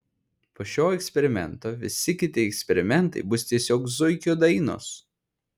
po šio eksperimento visi kiti eksperimentai bus tiesiog zuikio dainos